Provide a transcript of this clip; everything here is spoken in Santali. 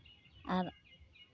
ᱟᱨ